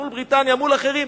מול בריטניה ומול אחרים,